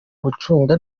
gucunga